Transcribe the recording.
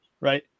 right